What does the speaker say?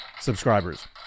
subscribers